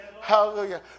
Hallelujah